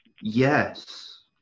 yes